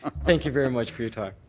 thank you very much for your time.